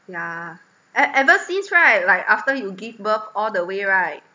yeah e~ ever since right like after you give birth all the way right